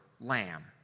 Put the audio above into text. lamb